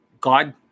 God